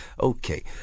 Okay